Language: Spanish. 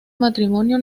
matrimonio